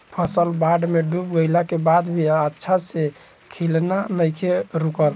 फसल बाढ़ में डूब गइला के बाद भी अच्छा से खिलना नइखे रुकल